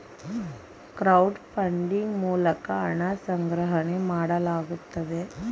crowd funding ಮೂಲಕ ಹಣ ಸಂಗ್ರಹಣೆ ಮಾಡಲಾಗುತ್ತದೆ